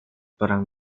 perang